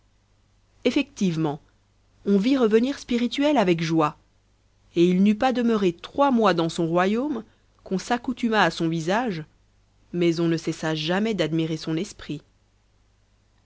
effectivement on vit revenir spirituel avec joie et il n'eut pas demeuré trois mois dans son royaume qu'on s'accoutuma à son visage mais on ne cessa jamais d'admirer son esprit